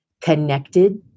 connected